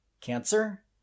Cancer